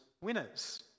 winners